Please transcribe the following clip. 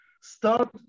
start